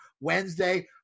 Wednesday